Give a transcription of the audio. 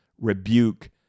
rebuke